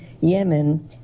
Yemen